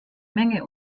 menge